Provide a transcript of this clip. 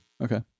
Okay